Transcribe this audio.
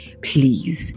please